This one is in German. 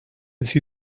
sie